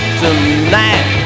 tonight